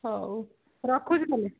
ହଉ ରଖୁଛି ତାହେଲେ